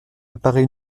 apparaît